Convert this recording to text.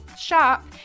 shop